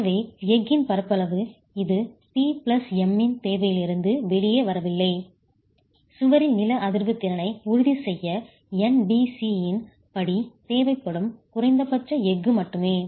எனவே எஃகின் பரப்பளவு இது P பிளஸ் M இன் தேவையிலிருந்து வெளியே வரவில்லை சுவரில் நில அதிர்வு திறனை உறுதி செய்ய NBC இன் படி தேவைப்படும் குறைந்தபட்ச எஃகு மட்டுமே